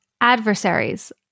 adversaries